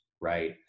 right